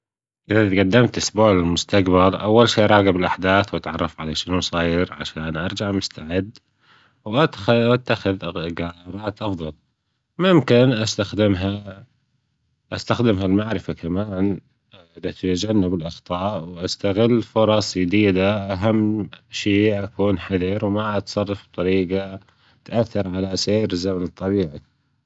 أذا أتقدمت أسبوع للمستقبل أول شئ أراجب الاحداث وتعرف على شنو صاير علشان أرجع مستعد وأتخ- وأتخذ قرارات أفضل ممكن أسخدم ها المعرفة كمان لتجنب الاخطاء وأستغل فرص جديدة أهم شئ أكون حذر وما أتصرف بطريقة تؤثر علي سير الزمن الطبيعي